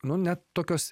nu net tokios